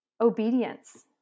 obedience